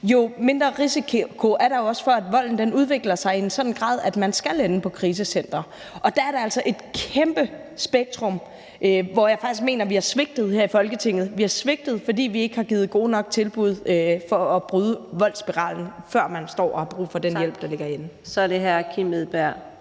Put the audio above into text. jo mindre risiko er der jo også for, at volden udvikler sig i en sådan grad, at man skal ende på krisecenter. Og der er det altså et kæmpe spektrum, jeg faktisk mener at vi har svigtet i forhold til her i Folketinget. Vi har svigtet, fordi vi ikke har givet gode nok tilbud til at bryde voldsspiralen, før man står og har brug for den hjælp, der tilbydes. Kl. 18:22 Fjerde